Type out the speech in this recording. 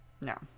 No